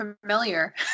familiar